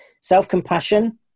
self-compassion